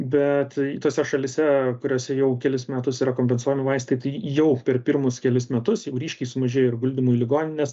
bet tose šalyse kuriose jau kelis metus yra kompensuojami vaistai tai jau per pirmus kelis metus jau ryškiai sumažėjo ir guldymo į ligonines